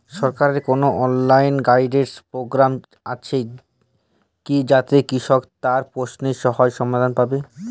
সরকারের কোনো online guidance programme আছে কি যাতে কৃষক তার প্রশ্নের সহজ সমাধান পাবে?